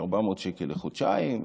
400 שקל לחודשיים.